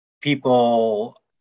people